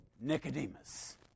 Nicodemus